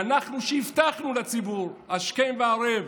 ואנחנו, שהבטחנו לציבור השכם והערב: